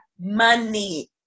money